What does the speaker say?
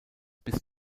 bis